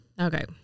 Okay